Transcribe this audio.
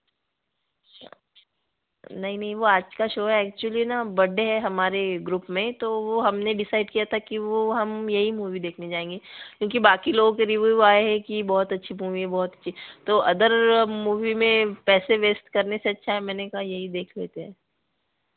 नहीं नहीं वह आज का शो एक्चुअली ना बर्थडे है हमारे ग्रुप में तो हमने डिसाइड किया था की वह हम यही मूवी देखने जाएँगे बाकी लोगों के रिव्यू आए हैं की बहुत अच्छी मूवी है बहुत अच्छी तो अदर मूवी में पैसे वेस्ट करने से अच्छा है मैंने कहा यही देख लेते हैं